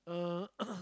uh